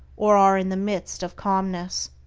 or are in the midst of calmness.